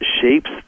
shapes